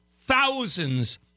thousands